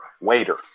waiter